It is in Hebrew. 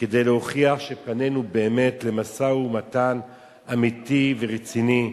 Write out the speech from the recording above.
כדי להוכיח שפנינו באמת למשא-ומתן אמיתי ורציני.